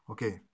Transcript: Okay